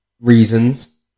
reasons